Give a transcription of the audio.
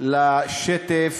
לשטף